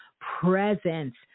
presence